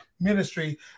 ministry